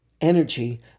energy